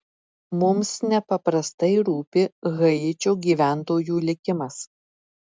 mums nepaprastai rūpi haičio gyventojų likimas